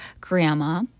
grandma